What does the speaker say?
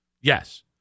yes